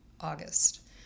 August